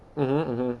mmhmm mmhmm